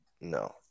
No